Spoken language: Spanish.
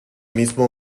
mismo